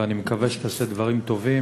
ואני מקווה שתעשה דברים טובים